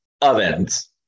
ovens